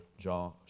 John